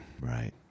Right